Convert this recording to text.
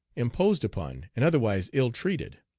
imposed upon, and otherwise ill-treated.